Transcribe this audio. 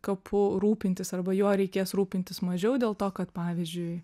kapu rūpintis arba juo reikės rūpintis mažiau dėl to kad pavyzdžiui